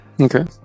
Okay